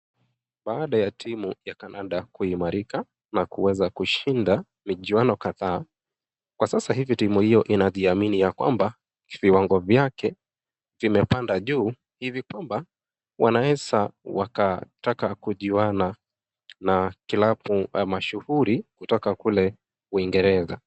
Baada ya timu ya kandanda kuimarika na kuweza kushinda mchiwano kadhaa. Kwa sasa hivi timu hiyo inajiaminia kwamba, viwango vyake vimepanda juu hivi kwamba wanaweza wakataka kujuana na klabu mashuhuri kutoka kule uingereza.